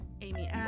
Amy